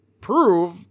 prove